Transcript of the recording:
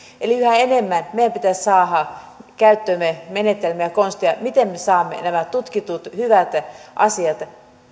eli yhä enemmän meidän pitäisi saada käyttöömme menetelmiä ja konsteja miten me saamme nämä tutkitut hyvät asiat